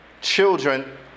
children